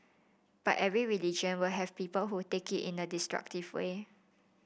but every religion will have people who take it in a destructive way